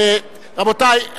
רבותי,